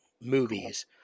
movies